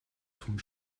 vom